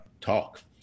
talk